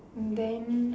then